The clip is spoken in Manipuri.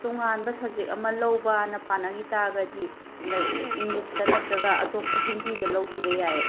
ꯇꯣꯡꯉꯥꯟꯕ ꯁꯞꯖꯦꯛ ꯑꯃ ꯂꯧꯕꯅ ꯄꯥꯅꯒꯤ ꯇꯥꯔꯒꯗꯤ ꯏꯪꯂꯤꯁꯇ ꯅꯠꯇ꯭ꯔꯒ ꯑꯇꯣꯞꯄ ꯍꯤꯟꯗꯤꯗ ꯂꯧꯈꯤꯕ ꯌꯥꯏ